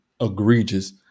egregious